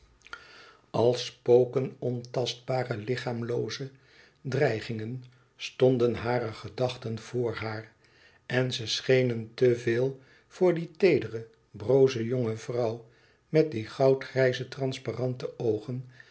als spoken ontastbare lichaamlooze dreigingen stonden hare gedachten voor haar en ze schenen te veel voor die teedere broze jonge vrouw met die goudgrijze transparante oogen